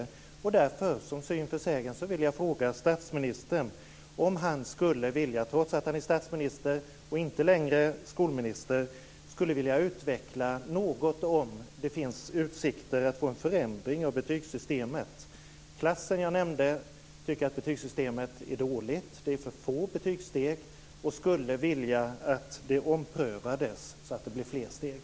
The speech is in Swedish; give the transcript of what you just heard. Jag vill därför för att ge syn för sägen fråga statsministern om han - trots att han är statsminister och inte längre skolminister - något skulle vilja utveckla om det finns utsikter att få en förändring av betygssystemet. Den klass som jag nämnt tycker att betygssystemet är dåligt, därför att det har för få betygssteg. Man skulle vilja att det omprövades så att det blir fler steg.